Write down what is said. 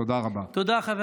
תודה רבה.